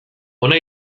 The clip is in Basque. hona